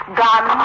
gun